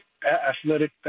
athletic